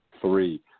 three